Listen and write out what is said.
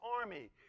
army